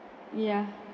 ya